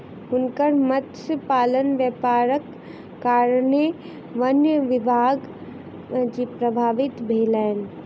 हुनकर मत्स्य पालनक व्यापारक कारणेँ वन्य जीवन प्रभावित भेलैन